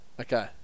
Okay